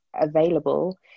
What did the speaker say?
available